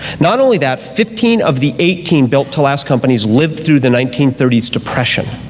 not only that, fifteen of the eighteen built to last companies lived through the nineteen thirty s depression.